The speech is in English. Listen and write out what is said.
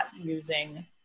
using